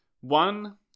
One